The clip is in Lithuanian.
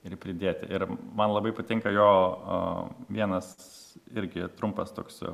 ir pridėti ir man labai patinka jo vienas irgi trumpas toks